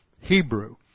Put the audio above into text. Hebrew